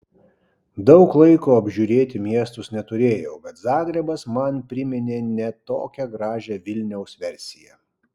daug laiko apžiūrėti miestus neturėjau bet zagrebas man priminė ne tokią gražią vilniaus versiją